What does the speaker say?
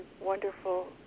wonderful